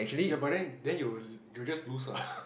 ya but then then you'll you'll just lose what